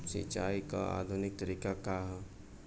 सिंचाई क आधुनिक तरीका का ह?